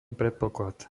predpoklad